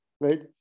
right